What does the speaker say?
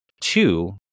Two